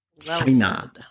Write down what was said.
China